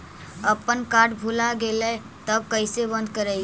अपन कार्ड भुला गेलय तब कैसे बन्द कराइब?